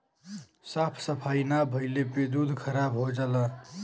साफ सफाई ना भइले पे दूध खराब हो जाला